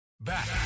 Back